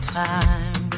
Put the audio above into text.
time